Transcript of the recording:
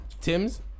Tim's